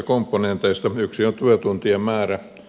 yksi on työtuntien määrä